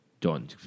done